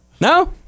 No